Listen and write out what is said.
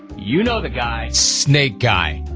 you know the guy, snake guy.